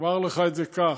אומר לך את זה כך: